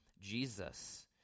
Jesus